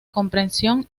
compresión